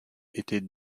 était